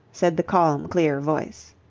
said the calm, clear voice.